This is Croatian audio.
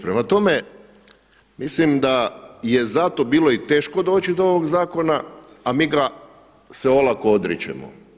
Prema tome, mislim da je zato bilo i teško doći do ovog zakona, a mi ga se olako odričemo.